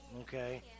Okay